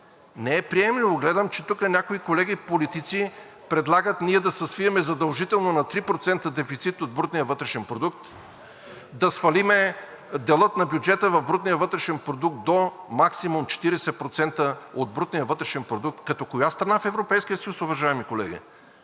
Не е приемливо! Гледам, че тук някои колеги политици предлагат ние да се свием задължително на 3% дефицит от брутния вътрешен продукт, да свалим дела на бюджета в брутния вътрешен продукт до максимум 40% от брутния вътрешен продукт. Като коя страна от Европейския съюз, уважаеми колеги?!